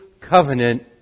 covenant